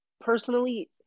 personally